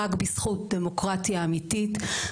רק בזכות דמוקרטיה אמיתית,